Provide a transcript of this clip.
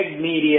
media